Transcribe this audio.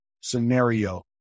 scenario